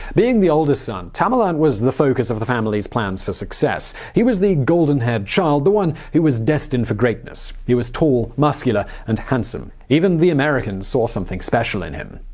being the oldest son, tamerlan was the focus of the family's plans for success. he was the golden-haired child, the one who was destined for greatness. he was tall, muscular and handsome. even americans saw something special in him.